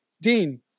Dean